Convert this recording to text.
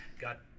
got